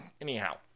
Anyhow